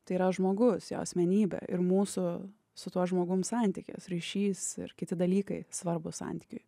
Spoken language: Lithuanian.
tai yra žmogus jo asmenybė ir mūsų su tuo žmogum santykis ryšys ir kiti dalykai svarbūs santykiui